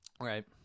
Right